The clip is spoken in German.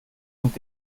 und